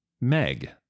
Meg